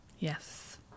Yes